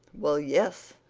well, yes,